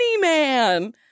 man